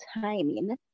timing